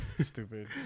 Stupid